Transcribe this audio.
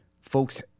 folks